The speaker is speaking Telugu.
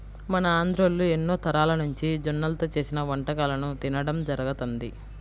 మన ఆంధ్రోల్లు ఎన్నో తరాలనుంచి జొన్నల్తో చేసిన వంటకాలను తినడం జరుగతంది